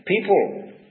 People